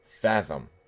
fathom